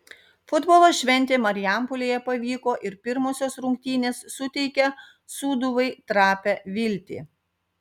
futbolo šventė marijampolėje pavyko ir pirmosios rungtynės suteikia sūduvai trapią viltį